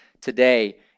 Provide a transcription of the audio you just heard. today